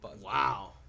Wow